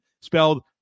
spelled